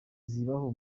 zibaho